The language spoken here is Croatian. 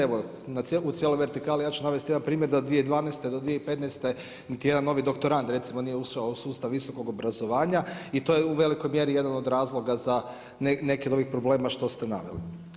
Evo u cijeloj vertikali ja ću navesti jedan primjer da od 2012. do 2015. niti jedan novi doktorand recimo nije ušao u sustav visokog obrazovanja i to je u velikoj mjeri jedan od razloga za neke od ovih problema što ste naveli.